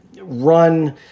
run